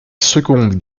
seconde